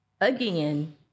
again